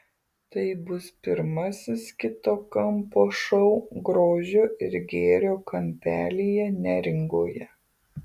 tai bus pirmasis kito kampo šou grožio ir gėrio kampelyje neringoje